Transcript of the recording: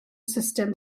sustem